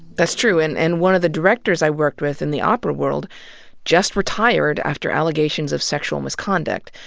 that's true, and and one of the directors i worked with in the opera world just retired after allegations of sexual misconduct.